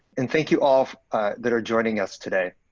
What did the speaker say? and thank you all that are joining us today.